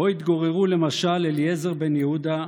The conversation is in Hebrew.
שבו התגוררו למשל אליעזר בן-יהודה,